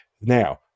now